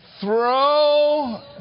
Throw